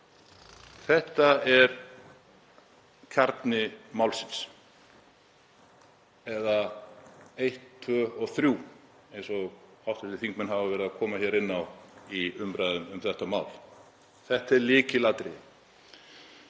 Þetta er kjarni málsins, eða eitt, tvö og þrjú, eins og hv. þingmenn hafa verið að koma inn á í umræðum um þetta mál. Þetta er lykilatriði.